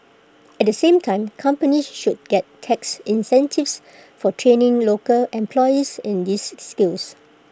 at the same time companies should get tax incentives for training local employees in these skills